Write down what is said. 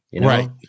Right